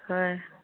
ꯍꯣꯏ